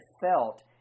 felt